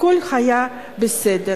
הכול היה בסדר.